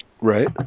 right